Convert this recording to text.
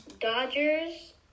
Dodgers